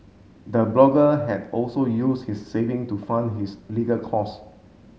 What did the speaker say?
the blogger had also used his saving to fund his legal cost